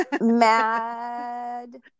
Mad